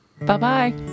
Bye-bye